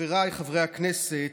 חבריי חברי הכנסת,